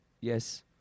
Yes